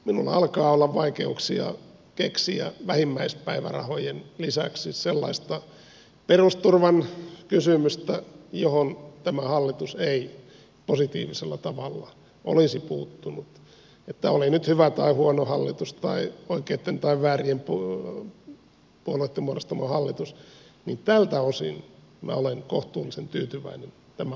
minulla alkaa olla vaikeuksia keksiä vähimmäispäivärahojen lisäksi sellaista perusturvan kysymystä johon tämä hallitus ei positiivisella tavalla olisi puuttunut niin että oli nyt hyvä tai huono hallitus tai oikeitten tai väärien puolueitten muodostama hallitus niin tältä osin minä olen kohtuullisen tyytyväinen tämän hallituksen toimintaan